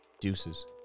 deuces